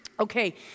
Okay